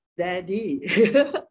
daddy